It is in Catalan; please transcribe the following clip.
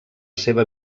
seva